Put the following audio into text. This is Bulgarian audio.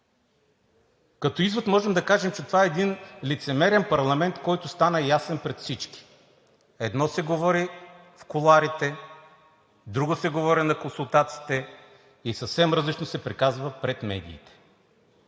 Като извод можем да кажем, че това е един лицемерен парламент, който стана ясен пред всички. Едно се говори в кулоарите, друго – на консултациите, и съвсем различно се приказва пред медиите.